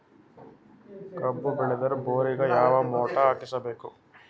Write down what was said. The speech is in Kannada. ಕಬ್ಬು ಬೇಳದರ್ ಬೋರಿಗ ಯಾವ ಮೋಟ್ರ ಹಾಕಿಸಬೇಕು?